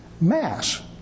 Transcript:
Mass